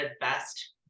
best